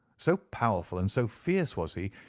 so powerful and so fierce was he,